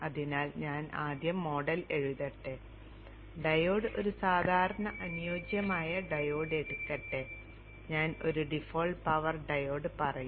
അതിനാൽ ഞാൻ ആദ്യം മോഡൽ എഴുതട്ടെ ഡയോഡ് ഒരു സാധാരണ അനുയോജ്യമായ ഡയോഡ് എടുക്കട്ടെ ഞാൻ ഒരു ഡിഫോൾട്ട് പവർ ഡയോഡ് പറയും